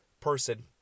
person